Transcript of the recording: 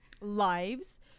lives